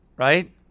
Right